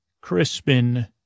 Crispin